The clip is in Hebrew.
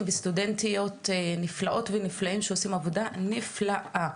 וסטודנטיות נפלאות ונפלאים שעושים עבודה נפלאה.